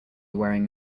wearing